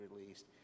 released